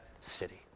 city